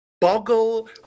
boggle